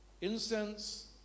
Incense